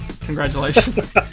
Congratulations